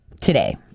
today